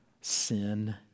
sin